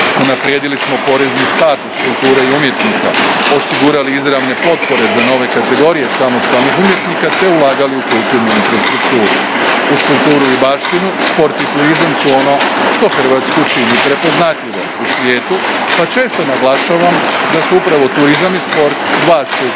Unaprijedili smo porezni status kulture i umjetnika, osigurali izravne potpore za nove kategorije samostalnih umjetnika te ulagali u kulturnu infrastrukturu. Uz kulturu i baštinu, sport i turizam su ono što Hrvatsku čini prepoznatljivom u svijetu pa često naglašavam da su upravo turizam i sport dva stupa